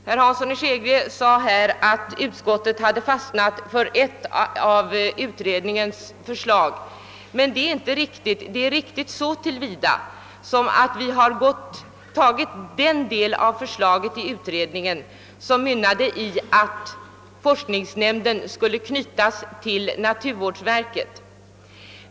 Herr Hansson i Skegrie sade att utskottet hade fastnat för ett av utredningens förslag, men det är riktigt endast så till vida att utskottet accepterat den del av förslaget i utredningen som utmynnade i att forskningsnämnden skulle knytas till naturvårdsverket.